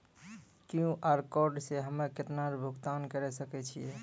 QR code से हम्मय केतना भुगतान करे सके छियै?